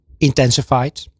intensified